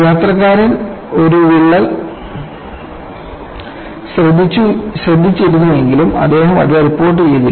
യാത്രക്കാരൻ ഒരു വിള്ളൽ ശ്രദ്ധിച്ചിരുന്നുവെങ്കിലും അദ്ദേഹം അത് റിപ്പോർട്ട് ചെയ്തില്ല